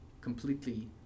completely